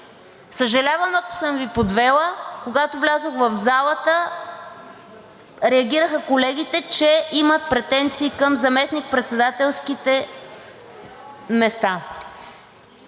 Съжалявам, ако съм Ви подвела. Когато влязох в залата, реагираха колегите, че имат претенции към заместник-председателските места.